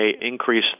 increase